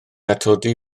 atodi